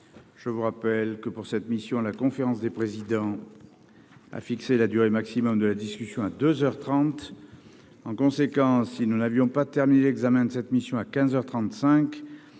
Je vous rappelle que, pour cette mission, la conférence des présidents a fixé la durée maximum de la discussion à deux heures trente. En conséquence, si nous n'avions pas terminé l'examen de cette mission à quinze